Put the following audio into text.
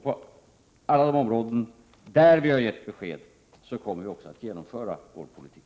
På alla områden där vi har gett besked kommer vi också att genomföra vår politik.